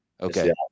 Okay